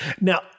Now